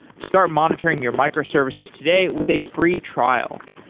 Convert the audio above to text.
start monitoring your micro services today with a free trial.